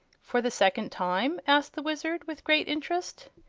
for the second time? asked the wizard, with great interest.